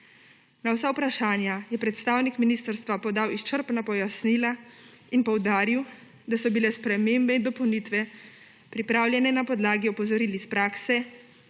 Na vsa vprašanja je predstavnik ministrstva podal izčrpna pojasnila in poudaril, da so bile spremembe in dopolnitve pripravljene na podlagi opozoril iz prakse,